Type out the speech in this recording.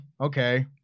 okay